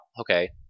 Okay